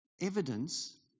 evidence